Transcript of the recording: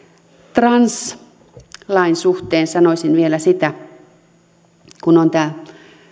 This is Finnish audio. translain suhteen sanoisin vielä kun on